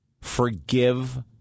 forgive